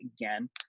again